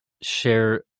share